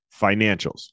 financials